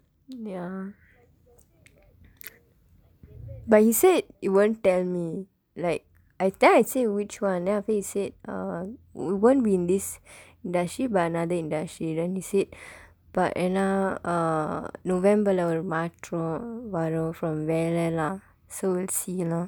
ya but he said he won't tell me like I then I say which [one] then he after he said won't be in this industry but another industry then he said எனா:enaa uh november-lae ஒரு மாற்றம் வரும்:oru maarram varum from வேலை:veelai lah so we'll see lah